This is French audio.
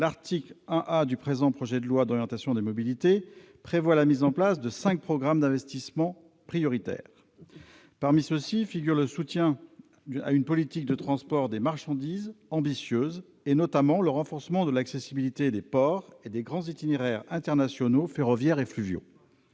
l'article 1 A du projet de loi d'orientation des mobilités prévoit la mise en place de cinq programmes d'investissements prioritaires. L'un de ceux-ci a trait au soutien à une politique de transport des marchandises ambitieuse, notamment par le renforcement de l'accessibilité des ports et des grands itinéraires internationaux ferroviaires et fluviaux.